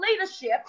leadership